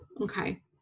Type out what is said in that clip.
Okay